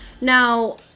Now